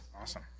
awesome